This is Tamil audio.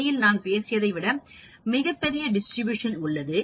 உண்மையில் நான் பேசியதை விட மிகப் பெரிய டிஸ்ட்ரிபியூஷன் உள்ளன